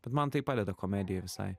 bet man tai padeda komedijoj visai